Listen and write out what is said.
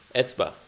etzba